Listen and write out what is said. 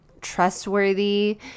trustworthy